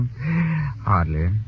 Hardly